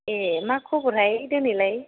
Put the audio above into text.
ए मा खबरहाय दिनैलाय